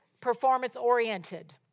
performance-oriented